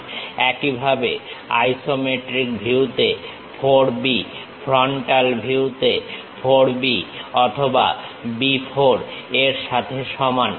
একইভাবে আইসোমেট্রিক ভিউতে 4 B frontal view তে 4 B অথবা B 4 এর সাথে সমান